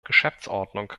geschäftsordnung